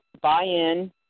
buy-in